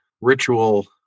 ritual